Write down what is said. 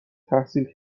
تحصیل